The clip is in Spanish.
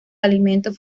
alimentos